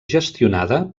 gestionada